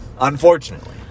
Unfortunately